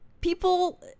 people